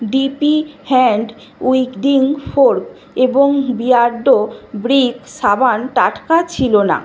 DP hand weeding fork এবং Beardo brick সাবান টাটকা ছিল না